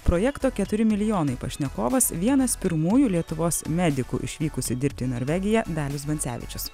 projekto keturi milijonai pašnekovas vienas pirmųjų lietuvos medikų išvykusių dirbti į norvegiją dalius bancevičius